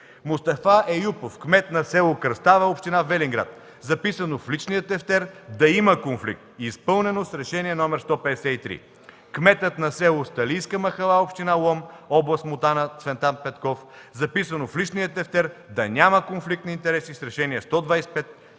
Мустафа Еюпов – кмет на с. Кръстава, община Велинград. Записано в личния тефтер: „да има конфликт” – изпълнено с Решение № 153. - Кметът на с. Сталийска махала, община Лом, област Монтана – Цветан Петров. Записано в личния тефтер: „да няма конфликт на интереси” – с Решение № 125